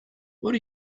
what